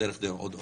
הדרך עוד ארוכה.